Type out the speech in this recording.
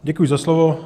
Děkuji za slovo.